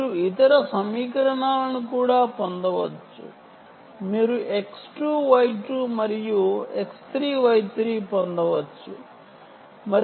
మీరు ఇతర సమీకరణాలను కూడా పొందవచ్చు మీరు X2 Y2 మరియు X3 Y3 పొందవచ్చు